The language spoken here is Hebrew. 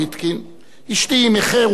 אשתי היא מחרות ולא מבית-חרות,